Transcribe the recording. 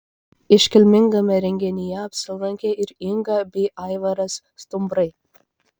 iškilmingame renginyje apsilankė ir inga bei aivaras stumbrai